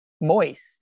moist